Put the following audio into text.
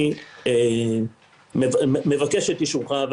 אני מבקש את אישורך,